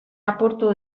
apurtu